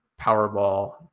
powerball